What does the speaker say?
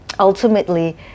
Ultimately